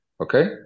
Okay